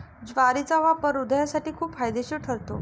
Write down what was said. ज्वारीचा वापर हृदयासाठी खूप फायदेशीर ठरतो